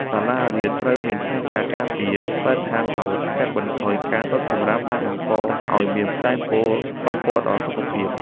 សាលារៀនត្រូវមានផែនការការពារបរិស្ថានដោយកាត់បន្ថយការដុតសំរាមដែលបង្កឱ្យមានផ្សែងពុលប៉ះពាល់ដល់សុខភាព។